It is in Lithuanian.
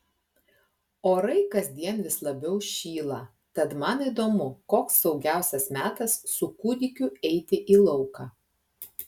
orai kasdien vis labiau šyla tad man įdomu koks saugiausias metas su kūdikiu eiti į lauką